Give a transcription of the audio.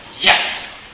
Yes